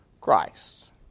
Christ